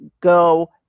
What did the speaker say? go